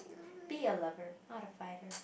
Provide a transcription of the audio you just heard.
be a lover not a fighter